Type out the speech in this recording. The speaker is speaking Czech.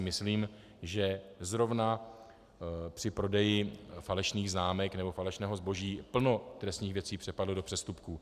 Myslím, že zrovna při prodeji falešných známek nebo falešného zboží plno trestných věcí přepadlo do přestupků.